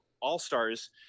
All-Stars